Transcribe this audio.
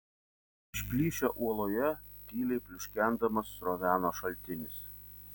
iš plyšio uoloje tyliai pliuškendamas sroveno šaltinis